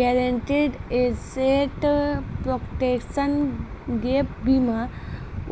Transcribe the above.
guaranteed asset protection gap बीमा